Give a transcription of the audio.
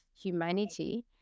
humanity